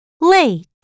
late